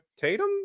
Tatum